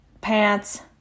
Pants